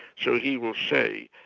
so he will say,